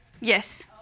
yes